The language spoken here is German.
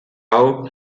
how